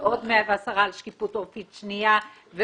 ועוד 110 על שקיפות עורפית שנייה,